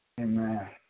Amen